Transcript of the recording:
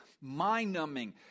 mind-numbing